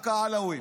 רק העלווים.